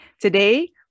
today